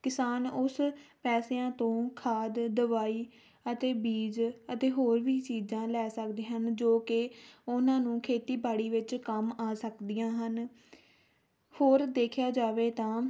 ਕਿਸਾਨ ਉਸ ਪੈਸਿਆਂ ਤੋਂ ਖਾਦ ਦਵਾਈ ਅਤੇ ਬੀਜ ਅਤੇ ਹੋਰ ਵੀ ਚੀਜ਼ਾਂ ਲੈ ਸਕਦੇ ਹਨ ਜੋ ਕਿ ਉਹਨਾਂ ਨੂੰ ਖੇਤੀਬਾੜੀ ਵਿੱਚ ਕੰਮ ਆ ਸਕਦੀਆਂ ਹਨ ਹੋਰ ਦੇਖਿਆ ਜਾਵੇ ਤਾਂ